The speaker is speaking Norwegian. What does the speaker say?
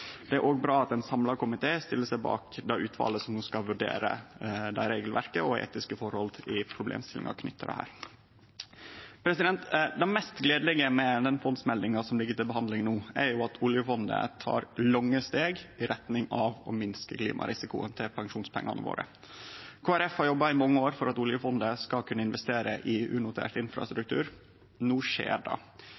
Det er òg bra at ein samla komité stiller seg bak det utvalet som no skal vurdere dette regelverket og etiske forhold i problemstillingane knytte til dette. Det mest gledelege ved den fondsmeldinga som ligg til behandling no, er jo at oljefondet tar lange steg i retning av å minske klimarisikoen for pensjonspengane våre. Kristeleg Folkeparti har jobba i mange år for at oljefondet skal kunne investere i unotert